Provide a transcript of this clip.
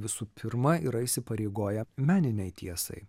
visų pirma yra įsipareigoję meninei tiesai